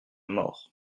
mort